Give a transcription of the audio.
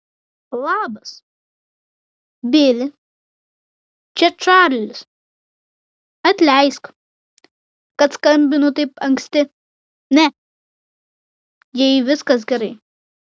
labas bili čia čarlis atleisk kad skambinu taip anksti ne jai viskas gerai